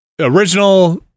original